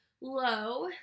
low